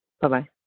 Bye-bye